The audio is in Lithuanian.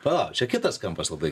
palauk čia kitas kampas labai